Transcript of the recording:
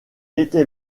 était